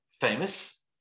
famous